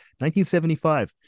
1975